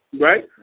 Right